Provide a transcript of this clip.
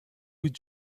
with